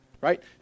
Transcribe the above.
right